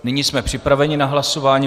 Nyní jsme připraveni na hlasování.